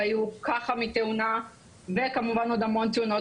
והיו כפסע מתאונה וכמובן עוד המון תאונות